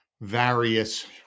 various